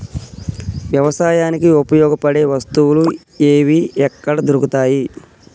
వ్యవసాయానికి ఉపయోగపడే వస్తువులు ఏవి ఎక్కడ దొరుకుతాయి?